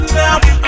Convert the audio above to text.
now